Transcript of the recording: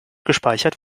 gespeichert